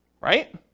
right